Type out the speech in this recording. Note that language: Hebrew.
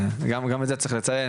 גם את זה צריך לציין,